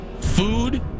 food